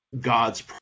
god's